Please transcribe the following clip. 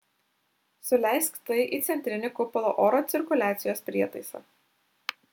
suleisk tai į centrinį kupolo oro cirkuliacijos prietaisą